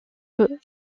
que